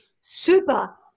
super